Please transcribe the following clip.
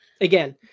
Again